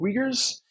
Uyghurs